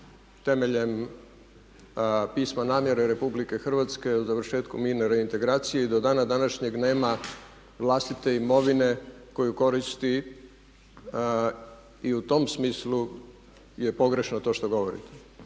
temeljem pisma namjere RH o završetku mirne reintegracije i do dana današnjeg nema vlastite imovine koju koristi i u tom smislu je pogrešno to što govorite.